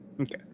Okay